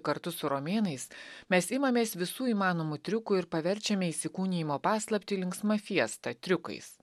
kartu su romėnais mes imamės visų įmanomų triukų ir paverčiame įsikūnijimo paslaptį linksma fiesta triukais